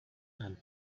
and